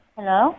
Hello